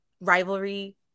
rivalry